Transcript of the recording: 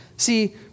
See